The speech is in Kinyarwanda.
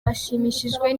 bashimishijwe